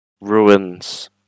ruins